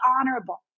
honorable